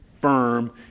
firm